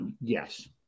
Yes